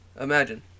Imagine